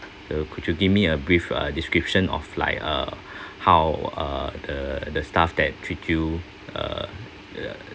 uh could you give me a brief uh description of like uh how uh the the staff that treat you uh uh